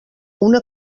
una